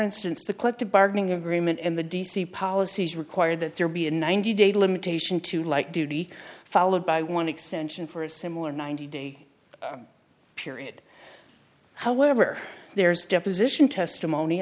instance the collective bargaining agreement in the d c policies require that there be a ninety day limitation to light duty followed by i want to extension for a similar ninety day period however there is deposition testimony